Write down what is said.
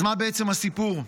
אז מה בעצם הסיפור?